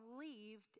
believed